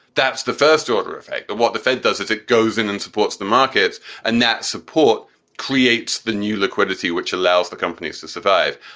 that's the first order effect of what the fed does if it goes in and supports the markets and that support creates the new liquidity, which allows the companies to survive.